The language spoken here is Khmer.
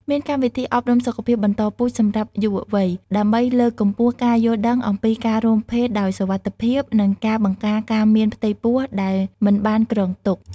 មានកម្មវិធីអប់រំសុខភាពបន្តពូជសម្រាប់យុវវ័យ ដើម្បីលើកកម្ពស់ការយល់ដឹងអំពីការរួមភេទដោយសុវត្ថិភាព និងការបង្ការការមានផ្ទៃពោះដែលមិនបានគ្រោងទុក។